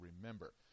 remember